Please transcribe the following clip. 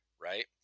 right